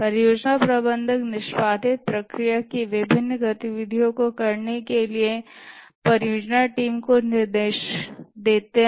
परियोजना प्रबंधक निष्पादित प्रक्रियाएं की विभिन्न गतिविधियों को करने के लिए परियोजना टीम को निर्देश देती हैं